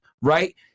Right